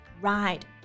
Right